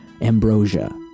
ambrosia